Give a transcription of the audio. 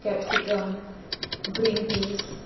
capsicum green piece